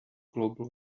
global